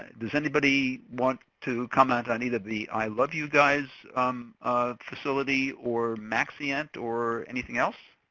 does anybody want to comment on either the i love u guys um facility or maxient or anything else?